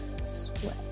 sweat